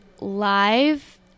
live